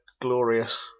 glorious